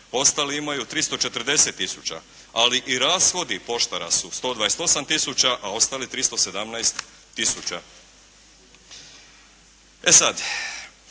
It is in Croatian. ostali imaju 340 tisuća ali i rashodi poštara u 128 tisuća a ostalih 317 tisuća. E sada,